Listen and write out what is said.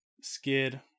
skid